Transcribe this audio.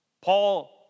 Paul